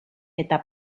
eta